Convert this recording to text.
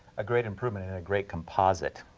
a great improvement and a great composite.